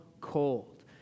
cold